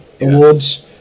awards